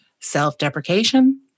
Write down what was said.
self-deprecation